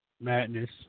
madness